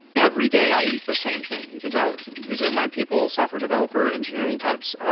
every day i eat the same thing. you can tell these are my people, software developer, engineering types.